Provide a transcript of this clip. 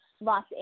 Los